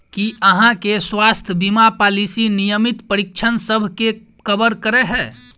की अहाँ केँ स्वास्थ्य बीमा पॉलिसी नियमित परीक्षणसभ केँ कवर करे है?